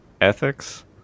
ethics